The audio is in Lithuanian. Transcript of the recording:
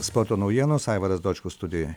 sporto naujienos aivaras dočkus studijoje